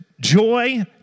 Joy